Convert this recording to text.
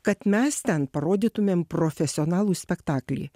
kad mes ten parodytumėm profesionalų spektaklį